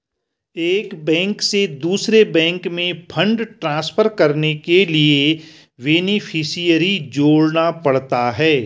एक बैंक से दूसरे बैंक में फण्ड ट्रांसफर करने के लिए बेनेफिसियरी जोड़ना पड़ता है